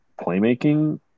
playmaking